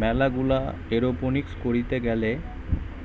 ম্যালা গুলা এরওপনিক্স করিতে গ্যালে